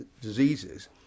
diseases